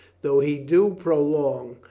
though he do prolong,